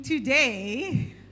Today